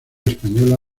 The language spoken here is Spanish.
española